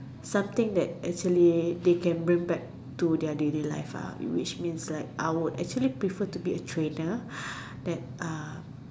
something that actually they can bring back to their daily life ah which means like I would actually want to be a trainer at uh